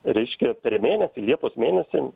reiškia per mėnesį liepos mėnesį